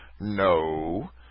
No